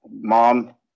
mom